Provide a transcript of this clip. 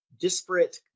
disparate